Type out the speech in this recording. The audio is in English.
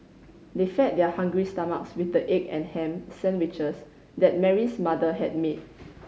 they fed their hungry stomachs with the egg and ham sandwiches that Mary's mother had made